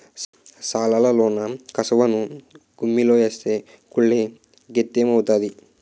సాలలోన కసవను గుమ్మిలో ఏస్తే కుళ్ళి గెత్తెము అవుతాది